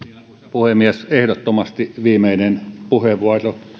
puhemies ehdottomasti viimeinen puheenvuoro